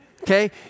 Okay